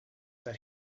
that